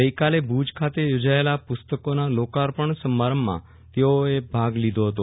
ગઈ કાલે ભુજ ખાતે યોજાયેલા પુસ્તકોના લોકાઅર્પણ સમારંભમાં તેઓએ ભાગ લીધો હતો